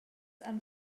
han